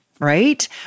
right